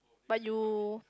but you